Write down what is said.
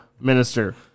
minister